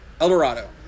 Eldorado